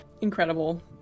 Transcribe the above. Incredible